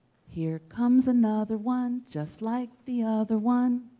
here comes another one just like the other one.